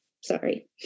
Sorry